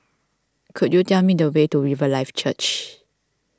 could you tell me the way to Riverlife Church